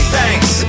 Thanks